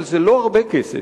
אבל זה לא הרבה כסף,